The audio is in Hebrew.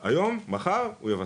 היום, מחר, בסוף הוא יבצע.